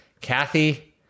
Kathy